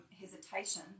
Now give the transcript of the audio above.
hesitation